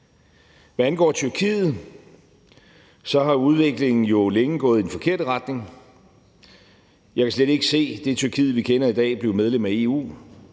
Hvad angår Tyrkiet, har udviklingen jo længe gået i den forkerte retning. Jeg kan slet ikke se det Tyrkiet, vi kender i dag, blive medlem af EU.